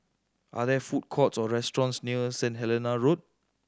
are there food courts or restaurants near Saint Helena Road